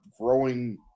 growing